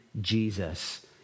Jesus